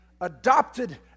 Adopted